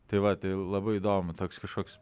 tai va tai labai įdomu toks kažkoks